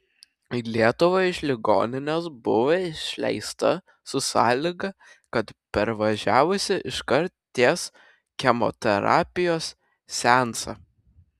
į lietuvą iš ligoninės buvo išleista su sąlyga kad parvažiavusi iškart tęs chemoterapijos seansą